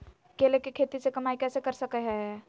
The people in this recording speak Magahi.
केले के खेती से कमाई कैसे कर सकय हयय?